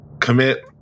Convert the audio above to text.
Commit